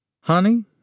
Honey